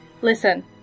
listen